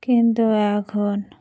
কিন্তু এখন